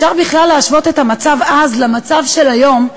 אפשר בכלל להשוות את המצב אז למצב של היום,